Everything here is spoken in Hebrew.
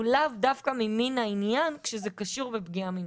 הוא לאו דווקא ממן העניין כשזה קשור בפגיעה מינית.